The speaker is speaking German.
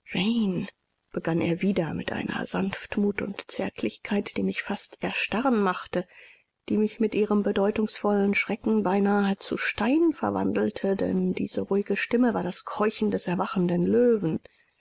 begann er wieder mit einer sanftmut und zärtlichkeit die mich fast erstarren machte die mich mit ihrem bedeutungsvollen schrecken beinahe zu stein verwandelte denn diese ruhige stimme war das keuchen des erwachenden löwen